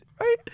Right